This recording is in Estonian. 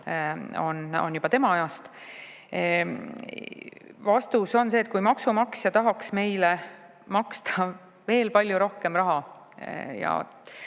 on juba tema ajast. Vastus on see, et kui maksumaksja tahaks meile maksta veel palju rohkem raha ja